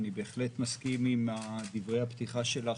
אני בהחלט מסכים עם דברי הפתיחה שלך